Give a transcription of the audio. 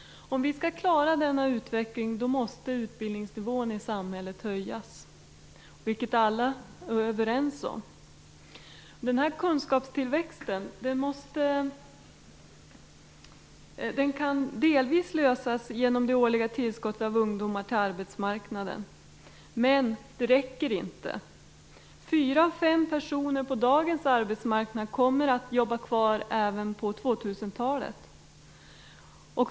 Om vi skall klara denna utveckling måste utbildningsnivån i samhället höjas, vilket alla är överens om. Den kunskapstillväxten kan delvis lösas genom det årliga tillskottet av ungdomar till arbetsmarknaden. Men det räcker inte. Fyra av fem personer på dagens arbetsmarknad kommer att jobba kvar även på 2000-talet.